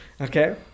okay